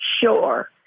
sure